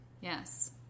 Yes